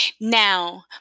Now